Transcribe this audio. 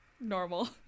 normal